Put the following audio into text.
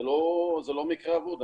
זה לא מקרה אבוד.